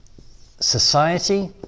society